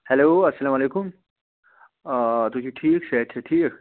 hello اسلام علیکُم آ تُہۍ چھُو ٹھیٖک صحت چھا ٹھیٖک